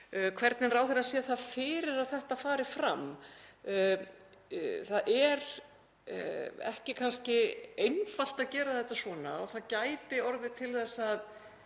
hvernig ráðherrann sér það fyrir sér að þetta fari fram. Það er kannski ekki einfalt að gera þetta svona og það gæti orðið til þess að